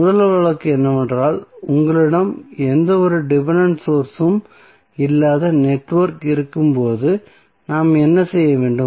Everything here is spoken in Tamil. முதல் வழக்கு என்னவென்றால் உங்களிடம் எந்தவொரு டிபென்டென்ட் சோர்ஸ் உம் இல்லாத நெட்வொர்க் இருக்கும்போது நாம் என்ன செய்ய வேண்டும்